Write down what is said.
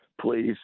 Please